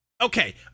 Okay